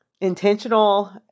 intentional